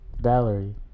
Valerie